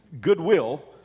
goodwill